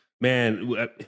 man